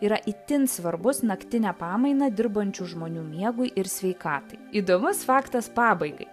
yra itin svarbus naktinę pamainą dirbančių žmonių miegui ir sveikatai įdomus faktas pabaigai